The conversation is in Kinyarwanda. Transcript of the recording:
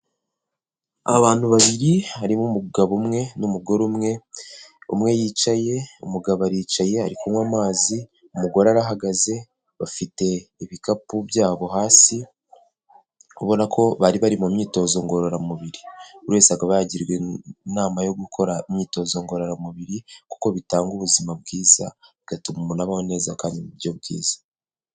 Abantu babiri harimo umugabo umwe n'umugore umwe, umwe yicaye umugabo aricaye ari kunywa amazi, umugore arahagaze bafite ibikapu byabo hasi, uri kubona ko bari bari mu myitozo ngororamubir. Buri wese akaba yagirwa inama yo gukora imyitozo ngororamubiri kuko bitanga ubuzima bwiza, bigatuma umuntu abaho neza kandi mu buryo bwiza.